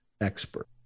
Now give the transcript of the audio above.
expert